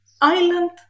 island